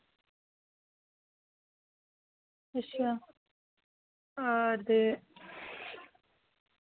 अच्छा होर ते